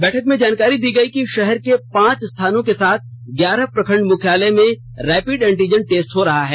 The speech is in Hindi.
बैठक में जानकारी दी गयी कि शहर के पांच स्थानों के साथ ग्यारह प्रखंड मुख्यालय में रैपिड एंटीजन टेस्ट हो रहा है